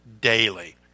daily